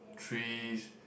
trees